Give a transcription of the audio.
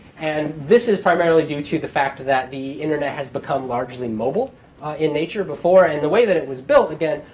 and this is primarily due to the fact that the internet has become largely mobile in nature. and the way that it was built, again,